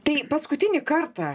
tai paskutinį kartą